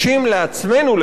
לעצמנו לפחות,